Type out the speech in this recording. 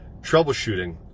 troubleshooting